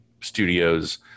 studio's